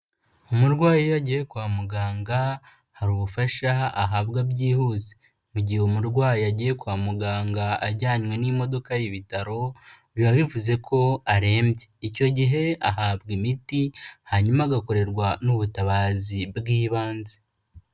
Umurwayi iyo agiye kwa muganga hari ubufasha ahabwa byihuse. Mu gihe umurwayi agiye kwa muganga ajyanywe n'imodoka y'ibitaro, biba bivuze ko arembye. Icyo gihe ahabwa imiti hanyuma agakorerwa n'ubutabazi bw'ibanze.